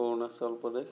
Arunachal Pradesh